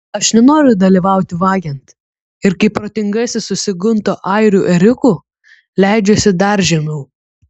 aš nenoriu dalyvauti vagiant ir kai protingasis susigundo airių ėriuku leidžiuosi dar žemiau